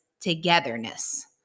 togetherness